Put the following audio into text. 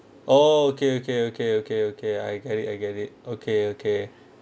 oh okay okay okay okay okay I get it I get it okay okay